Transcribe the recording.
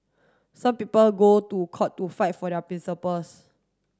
some people go to court to fight for their principles